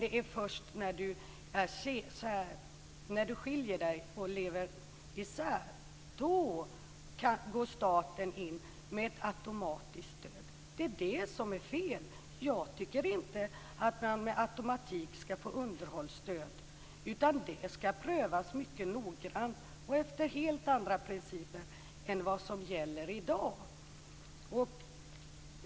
Det är först när du skiljer dig och lever isär som staten går in med automatiskt stöd. Det är det som är fel. Jag tycker inte att man med automatik skall få underhållsstöd. Det skall prövas mycket noggrant och efter helt andra principer än vad som gäller i dag.